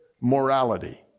morality